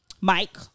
Mike